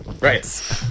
Right